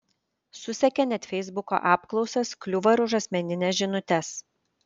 susekė net feisbuko apklausas kliuvo ir už asmenines žinutes